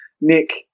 Nick